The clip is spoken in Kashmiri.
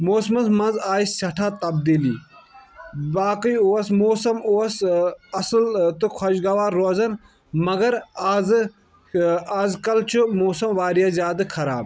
موسمَس منٛز آیہِ سٮ۪ٹھاہ تبدیٖلی باقٕے اوس موسَم اوس اَصٕل تہٕ خۄشگروار روزان مَگر آزٕ آز کل چھ موسم واریاہ زیادٕ خراب